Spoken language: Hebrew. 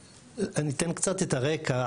אני אתן קצת את הרקע.